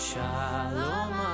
Shalom